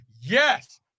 Yes